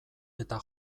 eta